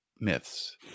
myths